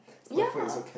ya